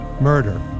Murder